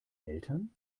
eltern